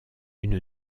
une